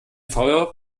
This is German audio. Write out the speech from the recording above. feuer